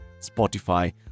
Spotify